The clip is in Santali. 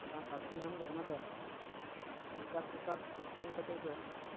ᱡᱟᱦᱟᱸ ᱥᱟᱫ ᱵᱚᱱ ᱧᱟᱢ ᱮᱫᱟ ᱚᱱᱟ ᱫᱚ ᱯᱮᱥᱟᱨ ᱠᱩᱠᱟᱨ ᱤᱥᱤᱱ ᱠᱟᱛᱮ ᱫᱚ